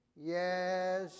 Yes